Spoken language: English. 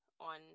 on